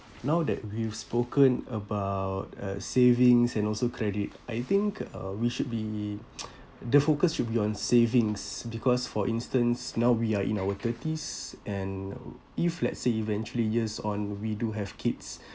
now that we've spoken about uh savings and also credit I think uh we should be the focus should be on savings because for instance now we are in our thirties and if let's say eventually years on we do have kids